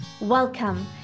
Welcome